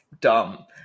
dumb